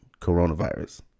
coronavirus